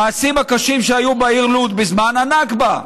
על המעשים הקשים שהיו בעיר לוד בזמן הנכבה: